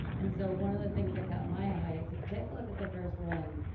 and so one of the things that caught my eye is if you take a look at the first one,